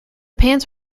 pants